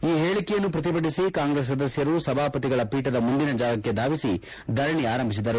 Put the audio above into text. ಈ ಪೇಳಿಕೆಯನ್ನು ಪ್ರತಿಭಟಿಸಿ ಕಾಂಗ್ರೆಸ್ ಸದಸ್ಕರು ಸಭಾಪತಿಗಳ ಪೀಠದ ಮುಂದಿನ ಜಾಗಕ್ಕೆ ಧಾವಿಸಿ ಧರಣಿ ಆರಂಭಿಸಿದರು